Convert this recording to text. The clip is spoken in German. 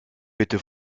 bitte